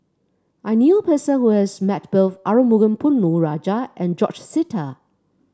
I knew a person who has met both Arumugam Ponnu Rajah and George Sita